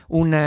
un